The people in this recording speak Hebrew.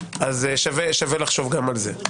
שווה לחשוב גם על זה.